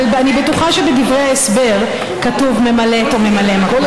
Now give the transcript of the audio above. אבל אני בטוחה שבדברי ההסבר כתוב ממלאת או ממלא מקום.